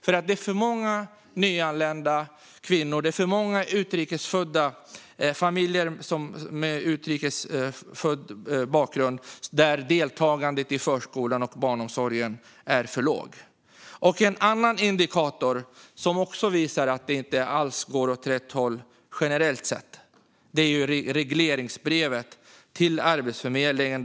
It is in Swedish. Det finns för många nyanlända kvinnor och för många familjer med utrikes bakgrund som har ett för lågt deltagande i förskolan och i barnomsorgen. En annan indikator som visar att det inte alls går åt rätt håll generellt sett är regleringsbrevet till Arbetsförmedlingen.